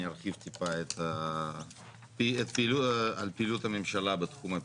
אני ארחיב טיפה על פעילות הממשלה בתחום הפיתוח.